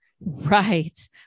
Right